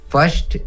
First